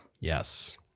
Yes